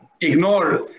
ignore